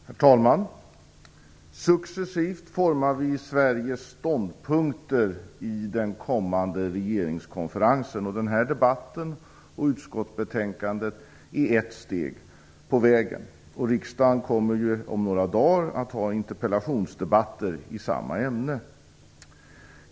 Herr talman! Successivt formar vi Sveriges ståndpunkter i den kommande regeringskonferensen. Den här debatten och utskottsbetänkandet är ett steg, och riksdagen kommer om några dagar att ha interpellationsdebatter i samma ämne.